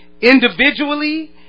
individually